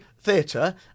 Theatre